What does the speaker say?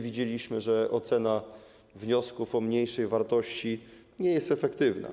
Widzieliśmy, że ocena wniosków o mniejszej wartości nie jest efektywna.